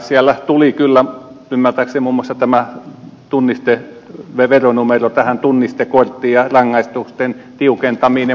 siellä tuli kyllä ymmärtääkseni muun muassa tämä tunnisteveronumero tunnistekorttiin ja rangaistusten tiukentaminen